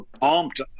pumped